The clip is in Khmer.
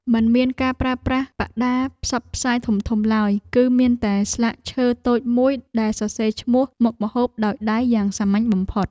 មិនមានការប្រើប្រាស់បដាផ្សព្វផ្សាយធំៗឡើយ គឺមានតែស្លាកឈើតូចមួយដែលសរសេរឈ្មោះមុខម្ហូបដោយដៃយ៉ាងសាមញ្ញបំផុត។